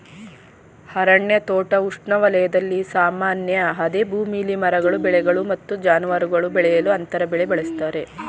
ಅರಣ್ಯ ತೋಟ ಉಷ್ಣವಲಯದಲ್ಲಿ ಸಾಮಾನ್ಯ ಅದೇ ಭೂಮಿಲಿ ಮರಗಳು ಬೆಳೆಗಳು ಮತ್ತು ಜಾನುವಾರು ಬೆಳೆಸಲು ಅಂತರ ಬೆಳೆ ಬಳಸ್ತರೆ